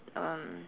um